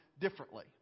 differently